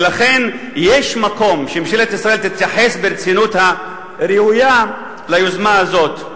ולכן יש מקום שממשלת ישראל תתייחס ברצינות הראויה ליוזמה הזאת.